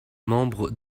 membre